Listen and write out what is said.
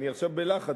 אני עכשיו בלחץ.